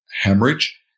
hemorrhage